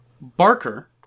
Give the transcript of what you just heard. Barker